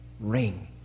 ring